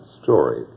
story